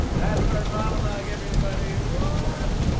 that's our monologue, everybody. ah